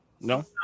No